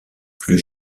plus